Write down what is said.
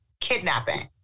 kidnapping